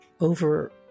over